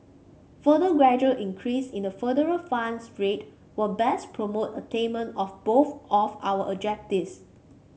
further gradual increase in the federal funds rate will best promote attainment of both of our objectives